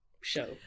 show